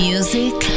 Music